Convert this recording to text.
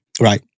Right